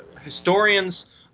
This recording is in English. historians